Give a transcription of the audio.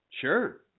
Sure